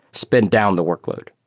spin down the workload.